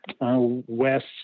west